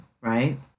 right